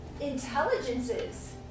intelligences